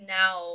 now